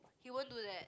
he won't do that